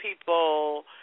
people